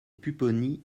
pupponi